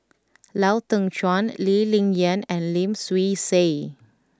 Lau Teng Chuan Lee Ling Yen and Lim Swee Say